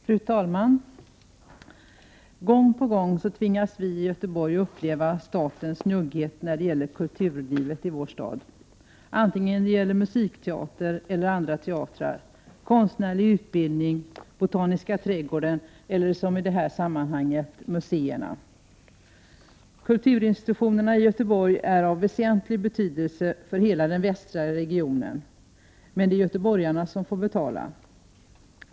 Fru talman! Gång på gång tvingas vi i Göteborg uppleva statens njugghet när det gäller kulturlivet i vår stad, antingen det gäller musikteater eller andra teatrar, konstnärlig utbildning, botaniska trädgården eller som i detta sammanhang museerna. Kulturinstitutionerna i Göteborg är av väsentlig betydelse för hela den västra regionen, men det är göteborgarna som får betala.